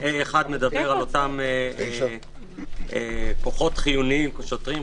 סעיף (ה)(1) מדבר על אותם כוחות חיוניים שוטרים,